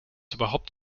überhaupt